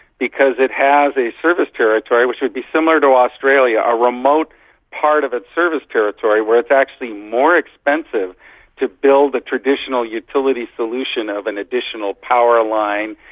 because it has a service territory which would be similar to australia, a remote part of its service territory where it's actually more expensive to build a traditional utility solution of an additional powerline.